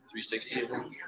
360